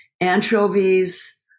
anchovies